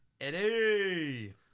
Eddie